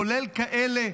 כולל כאלה,